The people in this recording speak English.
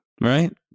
right